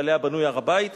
שעליה בנוי הר-הבית,